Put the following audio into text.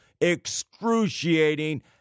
excruciating